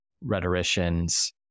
rhetoricians